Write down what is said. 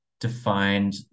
defined